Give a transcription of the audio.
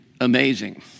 amazing